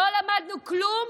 לא למדנו כלום?